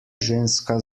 ženska